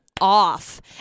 off